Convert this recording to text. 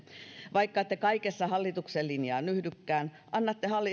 vaikka ette kaikessa hallituksen linjaan yhdykään annatte